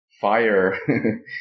fire